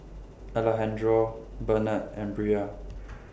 Alejandro Benard and Bria